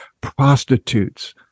prostitutes